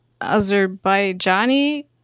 Azerbaijani